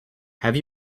have